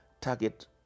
target